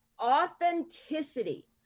authenticity